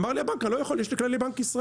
אמר לי הבנק אני לא יכול, יש לי כללי בנק ישראל.